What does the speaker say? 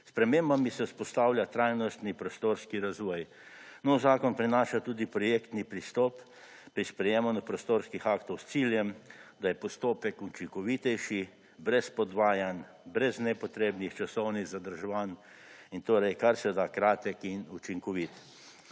spremembami se vzpostavlja tajnostno prostorski razvoj. Nov zakon prinaša tudi projektni pristop pri sprejemanju prostorskih aktov s ciljem, da je postopek učinkovitejši, brez podvajanj, brez nepotrebnih časovnih zadrževanj in torej kar se da kratek in učinkovit.